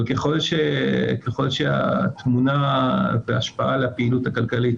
אבל ככל שתמונת ההשפעה על הפעילות הכלכלית